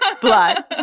Blood